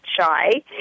shy